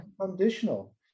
conditional